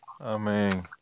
Amen